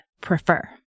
prefer